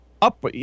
Up